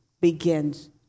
begins